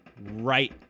right